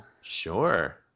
Sure